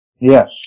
Yes